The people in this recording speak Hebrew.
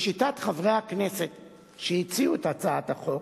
לשיטת חברי הכנסת שהציעו את הצעת החוק,